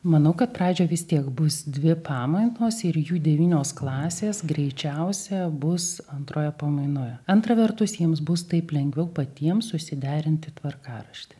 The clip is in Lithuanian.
manau kad pradžioj vis tiek bus dvi pamainos ir jų devynios klasės greičiausia bus antroje pamainoje antra vertus jiems bus taip lengviau patiem susiderinti tvarkaraštį